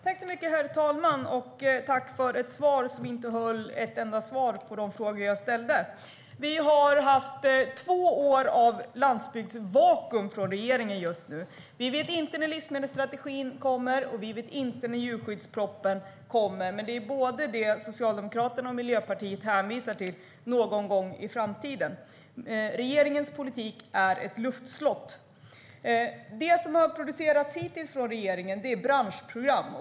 Herr talman! Tack för ett svar som inte innehöll ett enda svar på de frågor jag ställde! Vi har haft två år av landsbygdsvakuum från regeringen. Vi vet inte när livsmedelsstrategin kommer, och vi vet inte när djurskyddspropositionen kommer. Men det är till dessa båda som Socialdemokraterna och Miljöpartiet hänvisar - någon gång i framtiden. Regeringens politik är ett luftslott. Det som regeringen har producerat hittills är branschprogram.